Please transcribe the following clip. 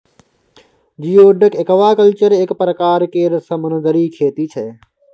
geoduck aquaculture एक परकार केर समुन्दरी खेती छै